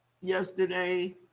Yesterday